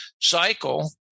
cycle